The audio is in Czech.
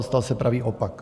Stal se pravý opak.